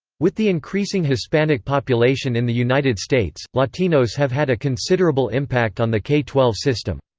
with the increasing hispanic population in the united states, latinos have had a considerable impact on the k twelve system.